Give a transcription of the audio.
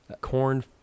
Corn